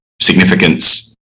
significance